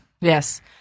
Yes